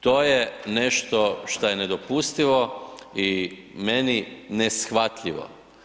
To je nešto šta je nedopustivo i meni neshvatljivo.